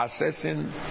assessing